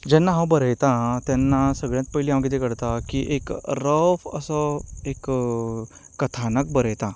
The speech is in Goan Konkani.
जेन्ना हांव बरयतां तेन्ना सगळ्यांत पयलीं हांव कितें करता की एक रफ असो एक कथानक बरयतां